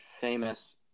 famous